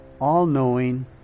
All-knowing